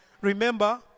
remember